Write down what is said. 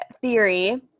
theory